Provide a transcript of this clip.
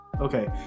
okay